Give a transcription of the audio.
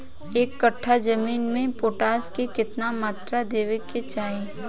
एक कट्ठा जमीन में पोटास के केतना मात्रा देवे के चाही?